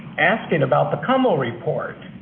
asking about the kummel report.